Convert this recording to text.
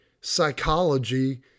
psychology